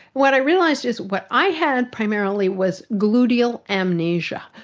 what i realised is what i had primarily was gluteal amnesia.